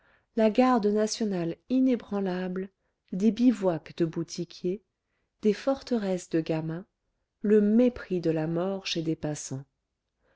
la garde nationale inébranlable des bivouacs de boutiquiers des forteresses de gamins le mépris de la mort chez des passants